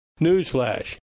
Newsflash